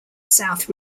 south